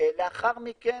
לאחר מכן